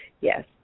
Yes